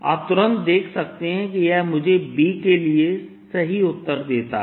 आप तुरंत देख सकते हैं कि यह मुझे B के लिए सही उत्तर देता है